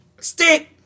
stick